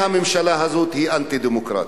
והממשלה הזאת היא אנטי-דמוקרטית.